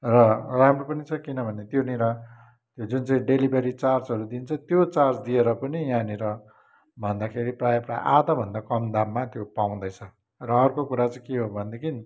र राम्रो पनि छ किनभने त्यहाँनिर त्यो जुन चाहिँ डेलिभेरी चार्जहरू दिन्छ त्यो चार्ज दिएर पनि यहाँनिर भन्दाखेरि प्रायः प्रायः आधाभन्दा कम दाममा त्यो पाउँदैछ र अर्को कुरा चाहिँ के हो भनेदेखि